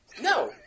No